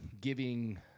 Giving